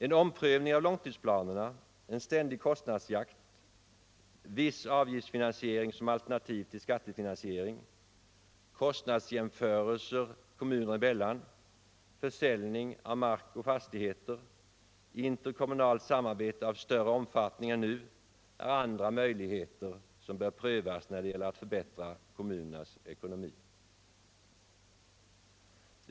En omprövning av långtidsplanerna, en ständig kostnadsjakt, en viss avgiftsfinansering som alternativ till skattefinansiering, kostnadsjämförelser kommunerna emellan, försäljning av mark och fastigheter, interkommunalt samarbete av större omfattning är nu andra möjligheter som bör prövas när det gäller att förbättra kommunernas ekonomi.